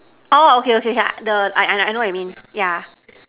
orh okay okay yeah the I I I know what you mean yeah